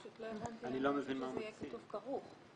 אני פשוט לא הבנתי למה רוצים שיהיה כתוב: כרוך,